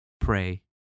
pray